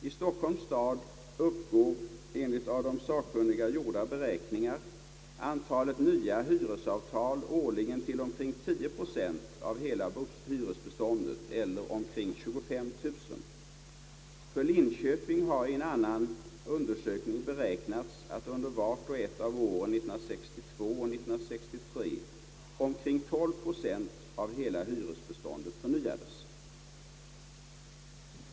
I Stockholms stad uppgår enligt av de sakkunniga gjorda beräkningar antalet nya hyresavtal årligen till omkring 10 procent av hela hyresbeståndet eller omkring 25 000. För Linköping har i en annan undersökning beräknats att under vart och ett av åren 1962 och 1963 omkring 12 procent av hela hyresbeståndet förnyades.